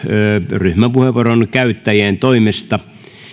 ryhmäpuheenvuoron käyttäjien toimesta